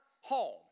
home